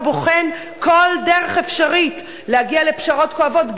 ובוחן כל דרך אפשרית להגיע לפשרות כואבות,